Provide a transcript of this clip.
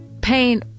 pain